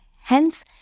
Hence